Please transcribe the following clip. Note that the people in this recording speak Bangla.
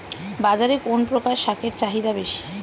বাজারে কোন প্রকার শাকের চাহিদা বেশী?